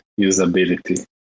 usability